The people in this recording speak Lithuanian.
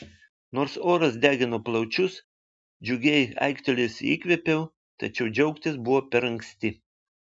nors oras degino plaučius džiugiai aiktelėjusi įkvėpiau tačiau džiaugtis buvo per anksti